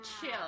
chill